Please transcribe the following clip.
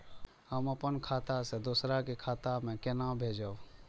हम आपन खाता से दोहरा के खाता में केना भेजब?